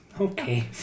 Okay